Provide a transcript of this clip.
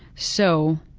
so,